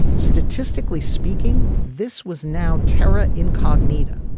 statistically speaking this was now terra incognita.